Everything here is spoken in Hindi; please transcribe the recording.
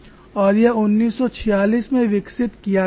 और यह 1946 में विकसित किया गया था